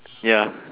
ya